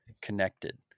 connected